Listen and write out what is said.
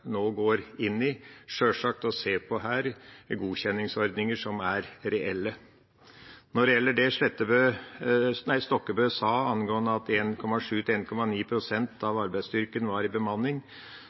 nå går inn i, er sjølsagt å se på godkjenningsordninger som er reelle. Når det gjelder det Stokkebø sa angående at